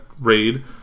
raid